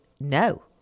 No